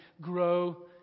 grow